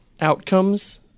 outcomes